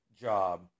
job